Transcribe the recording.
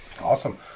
Awesome